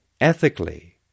Ethically